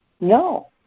No